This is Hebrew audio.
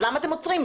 למה אתם עוצרים?